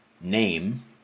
name